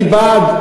אני בעד,